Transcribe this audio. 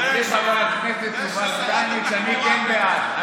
חברי חבר הכנסת יובל שטייניץ, אני כן בעד.